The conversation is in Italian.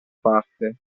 parte